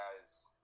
guy's